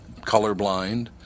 colorblind